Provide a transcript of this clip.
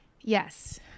yes